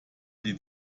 die